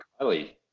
Kylie